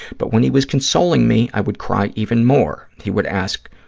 but when he was consoling me, i would cry even more. he would ask,